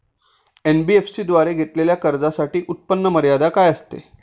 NBFC द्वारे घेतलेल्या कर्जासाठी उत्पन्न मर्यादा काय असते?